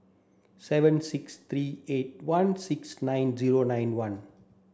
seven six three eight one six nine zero nine one